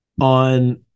on